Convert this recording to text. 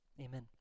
amen